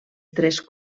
tres